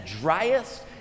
driest